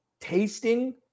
tasting